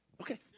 Okay